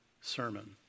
sermon